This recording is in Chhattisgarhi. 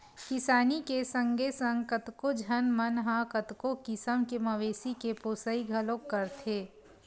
किसानी के संगे संग कतको झन मन ह कतको किसम के मवेशी के पोसई घलोक करथे